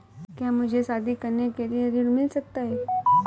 क्या मुझे शादी करने के लिए ऋण मिल सकता है?